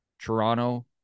Toronto